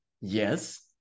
Yes